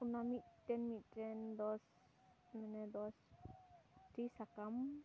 ᱚᱱᱟ ᱢᱤᱫᱴᱮᱱ ᱢᱤᱫᱴᱮᱱ ᱫᱚᱥ ᱢᱟᱱᱮ ᱫᱚᱥᱴᱤ ᱥᱟᱠᱟᱢ